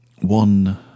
one